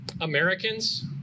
Americans